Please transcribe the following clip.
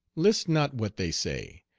list not what they say,